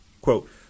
Quote